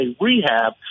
rehab